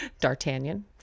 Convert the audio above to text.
D'Artagnan